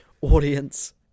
audience